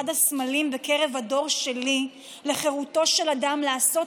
הסמלים בקרב הדור שלי לחירותו של אדם לעשות